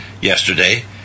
yesterday